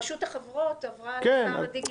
רשות החברות עברה לאתר הדיגיטל.